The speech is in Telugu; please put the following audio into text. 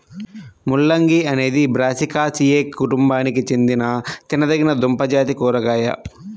ముల్లంగి అనేది బ్రాసికాసియే కుటుంబానికి చెందిన తినదగిన దుంపజాతి కూరగాయ